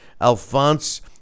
Alphonse